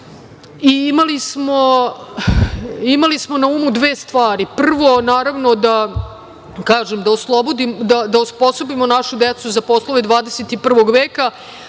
i imali smo na umu dve stvari. Prvo, naravno, da osposobimo našu decu za poslove 21. veka.